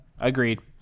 agreed